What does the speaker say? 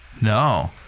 No